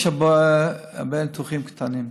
יש הרבה ניתוחים קטנים: